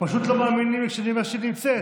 פשוט לא מאמינים לי כשאני אומר שהיא נמצאת,